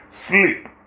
Sleep